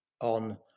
on